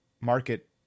market